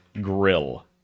grill